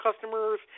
customers